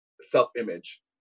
self-image